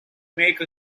make